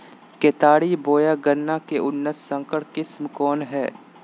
केतारी बोया गन्ना के उन्नत संकर किस्म कौन है?